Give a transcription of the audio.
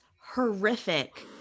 horrific